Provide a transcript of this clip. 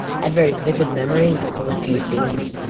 i have very vivid memories of a few scenes.